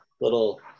little